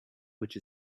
which